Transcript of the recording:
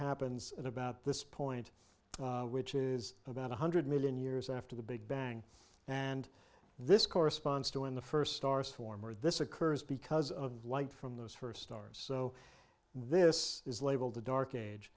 happens at about this point which is about one hundred million years after the big bang and this corresponds to in the first stars form or this occurs because of light from those first stars so this is labelled the dark age